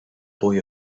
boy